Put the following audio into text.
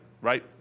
Right